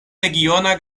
regiona